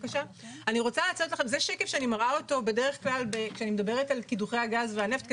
זה שקף שאני מראה אותו בדרך כלל כשאני מדברת על קידוחי הגז והנפט,